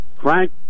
Frank